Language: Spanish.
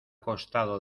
costado